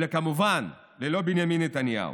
וכמובן ללא בנימין נתניהו.